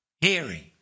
Hearing